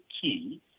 key